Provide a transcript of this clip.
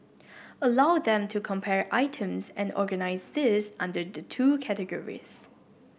allow them to compare items and organise these under the two categories